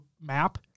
map